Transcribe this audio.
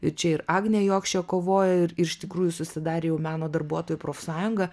ir čia ir agnė jogšė kovojo ir iš tikrųjų susidarė jau meno darbuotojų profsąjunga